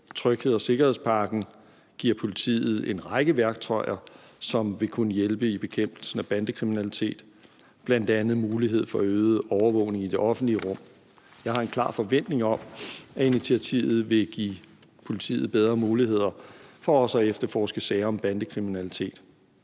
Trygheds- og sikkerhedspakken giver politiet en række værktøjer, som vil kunne hjælpe i bekæmpelsen af bandekriminalitet, bl.a. mulighed for øget overvågning i det offentlige rum, og jeg har en klar forventning om, at initiativet vil give politiet bedre muligheder for også at efterforske sager om bandekriminalitet.